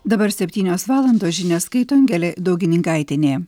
dabar septynios valandos žinias skaito angelė daugininkaitienė